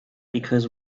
because